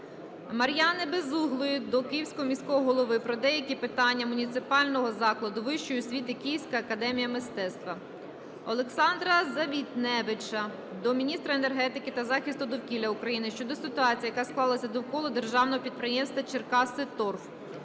Мар'яни Безуглої до Київського міського голови про деякі питання Муніципального закладу вищої освіти "Київська академія мистецтв" . Олександра Завітневича до міністра енергетики та захисту довкілля України щодо ситуації, яка склалася довкола державного підприємства "Черкаси-Торф".